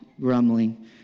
grumbling